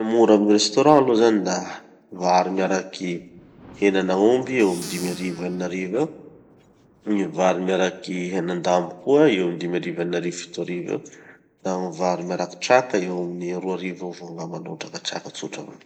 Gny mora amy restaurant aloha zany da vary miaraky henan'aomby eo amy dimy arivo enin'arivo eo, gny vary miaraky henan-dambo koa eo amy dimy arivo, eninarivo, fitoarivo eo, da gny vary miaraky traka eo amin'ny roa arivo eo avao angamba no hotraka traka tsotra avao.